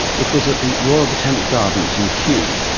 it was at the royal botanic gardens in kew.